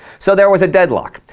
so there was a deadlock.